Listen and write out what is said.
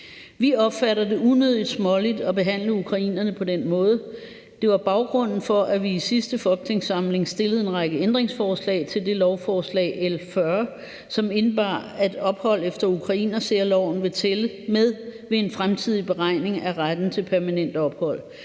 Vi opfatter det som unødig småligt at behandle ukrainerne på den måde. Det var baggrunden for, at vi i sidste folketingssamling stillede en række ændringsforslag til lovforslag L 40, som indebar, at ophold efter ukrainersærloven ville tælle med ved en fremtidig beregning af retten til permanent ophold.